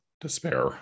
despair